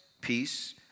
peace